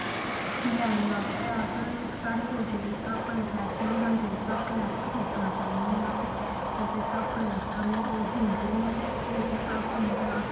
लैने बास्तै अस साढ़े कोल जेह्ड़े स्हाब कन्नै पैसे होन जां जिस स्हाब कन्नै अस खरीदना चांह्न्ने न ते ओह्दे स्हाब कन्नै सानू दिंदे न ते ओह्दे स्हाब कन्नै गै अस